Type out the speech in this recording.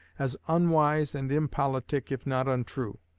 as unwise and impolitic if not untrue.